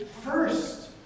first